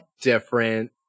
different